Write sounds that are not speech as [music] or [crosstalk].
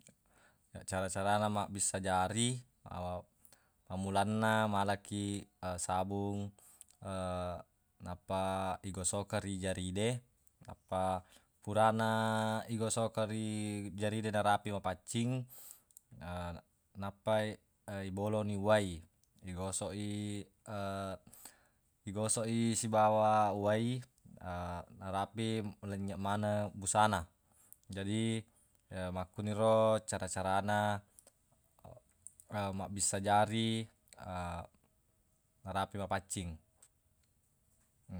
Na cara-carana mabbissa jari [hesitation] pammulanna malakiq sabung [hesitation] nappa igosokeng ri jaride nappa purana igosokeng ri jaride narapi mapaccing, [hesitation] nappai iboloni uwai igosoq i [hesitation] igosoq i sibawa uwai [hesitation] narapi lenynyeq maneng busana. Jadi ya makkuniro cara-carana [hesitation] mabbissa jari [hesitation] narapi mapaccing.